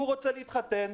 הוא רוצה להתחתן,